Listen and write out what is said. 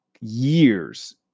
years